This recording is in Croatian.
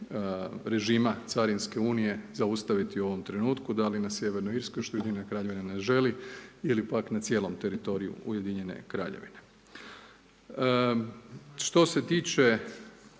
režima carinske unije zaustaviti u ovom trenutku, da li na Sjevernoj Irskoj, što Ujedinjena Kraljevina ne želi ili pak na cijelom teritoriju Ujedinjene Kraljevine. Što se tiče